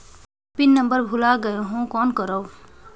Pin number भुला गयें हो कौन करव?